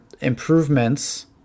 improvements